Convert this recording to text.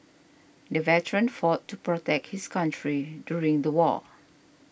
the veteran fought to protect his country during the war